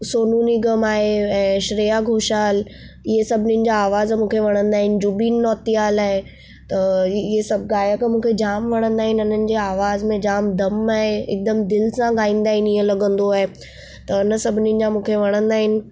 सोनू निगम आहे ऐं श्रेया घोषाल इहे सभनिनि जा आवाज़ मूंखे वणंदा आहिनि ज़ुबिन नौटियाल आहे त इहा सभ गायक मूंखे जाम वणंदा आहिनि इन्हनि जे आवाज़ में जाम दमु आहे हिकदमि दिलि सां ॻाईंदा आहिमि ईंअ लॻंदो आहे त हिन सभिनी जा मूंखे वणंदा आहिनि